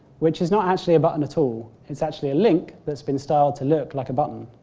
which is not actually a button at all, it is actually a link that has been styled to look like a button.